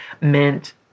meant